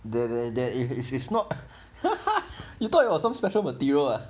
there there there is it's not you thought it was some special material ah